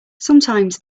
sometimes